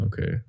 okay